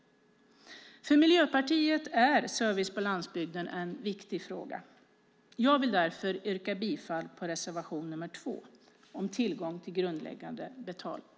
För Miljöpartiet är service på landsbygden en viktig fråga. Jag vill därför yrka bifall till reservation nr 2 om tillgång till grundläggande betaltjänster.